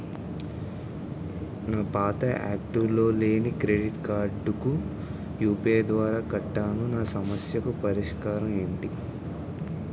నా పాత యాక్టివ్ లో లేని క్రెడిట్ కార్డుకు యు.పి.ఐ ద్వారా కట్టాను నా సమస్యకు పరిష్కారం ఎంటి?